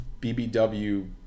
BBW